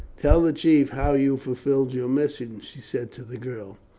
tell the chief how you fulfilled your mission, she said to the girl.